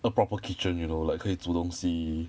a proper kitchen you know like 可以煮东西